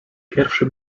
pierwszy